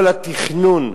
כל התכנון,